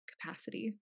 capacity